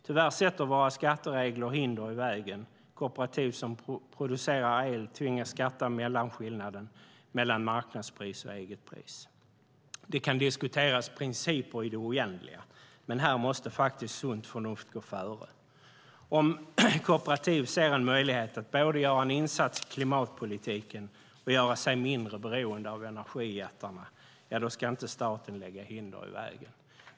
Tyvärr sätter våra skatteregler hinder i vägen. Kooperativ som producerar el tvingas skatta för mellanskillnaden mellan marknadspris och eget pris. Det kan diskuteras principer i det oändliga, men här måste faktiskt sunt förnuft gå före. Om kooperativ ser en möjlighet att både göra en insats i klimatpolitiken och göra sig mindre beroende av energijättarna, ja då ska inte staten lägga hinder i vägen.